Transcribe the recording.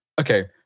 okay